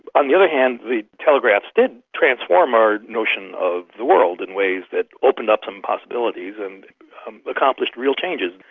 on the other hand the telegraphs did transform our notion of the world in ways that opened up some possibilities and accomplished real changes,